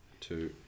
two